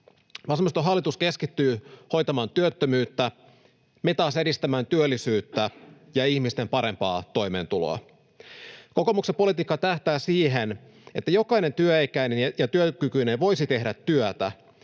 Vasemmistohallitus keskittyy hoitamaan työttömyyttä, me taas edistämään työllisyyttä ja ihmisten parempaa toimeentuloa. Kokoomuksen politiikka tähtää siihen, että jokainen työikäinen ja työkykyinen voisi tehdä työtä,